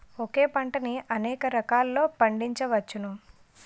ఒకే పంటని అనేక రకాలలో పండించ్చవచ్చును